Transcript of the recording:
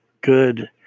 good